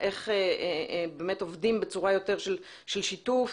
חייבת להיות יותר התכתבות,